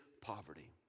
poverty